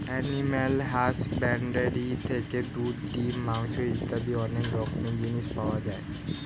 animal husbandry থেকে দুধ, ডিম, মাংস ইত্যাদি অনেক রকমের জিনিস পাওয়া যায়